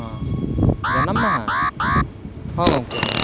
ᱦᱮᱸ ᱡᱟᱱᱟᱢ ᱢᱟᱦᱟ ᱦᱳᱭ ᱜᱚᱢᱠᱮ ᱢᱟ